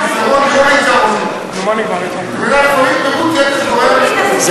דווקא פירוט יתר גורם שאחר כך יהיו עוד דברים אחרים,